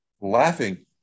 laughing